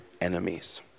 enemies